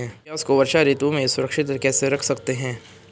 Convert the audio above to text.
प्याज़ को वर्षा ऋतु में सुरक्षित कैसे रख सकते हैं?